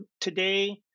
today